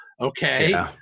Okay